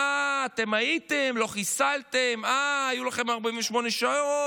אה, אתם הייתם, לא חיסלתם, אה, היו לכם 48 שעות,